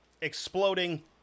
exploding